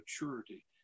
maturity